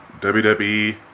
WWE